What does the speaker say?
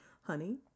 Honey